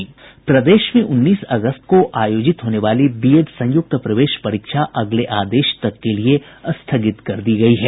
प्रदेश में उन्नीस अगस्त को आयोजित होने वाली बीएड संयुक्त प्रवेश परीक्षा अगले आदेश के लिए स्थगित कर दी गयी है